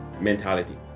mentality